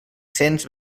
cents